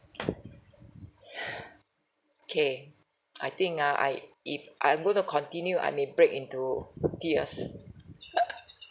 kay I think ah I if I'm going to continue I may break into tears